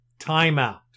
timeout